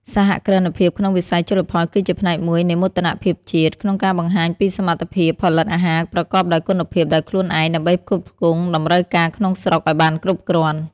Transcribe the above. សហគ្រិនភាពក្នុងវិស័យជលផលគឺជាផ្នែកមួយនៃមោទនភាពជាតិខ្មែរ ក្នុងការបង្ហាញពីសមត្ថភាពផលិតអាហារប្រកបដោយគុណភាពដោយខ្លួនឯង ដើម្បីផ្គត់ផ្គង់តម្រូវការក្នុងស្រុកឱ្យបានគ្រប់គ្រាន់។